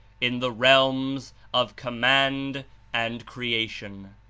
in the realms of command and creation.